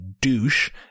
douche